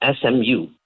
SMU